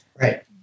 Right